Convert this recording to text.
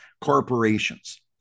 corporations